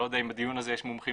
אני לא יודע אם בדיון הזה יש מומחים